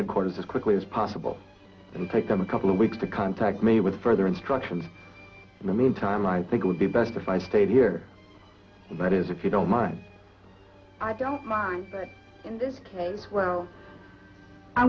headquarters as quickly as possible and take them a couple of weeks to contact me with further instructions in the meantime i think it would be best if i stayed here but is if you don't mind i don't mind in this case w